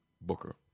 Booker